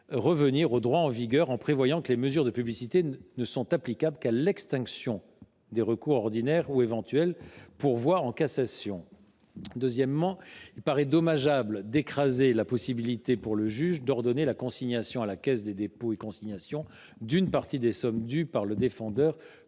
revenir au droit en vigueur, en prévoyant que les mesures de publicité ne sont applicables qu’à l’extinction des éventuels recours ordinaires et pourvoi en cassation. En outre, il paraît dommageable de retirer au juge la possibilité d’ordonner la consignation à la Caisse des dépôts et consignations d’une partie des sommes dues par le défendeur,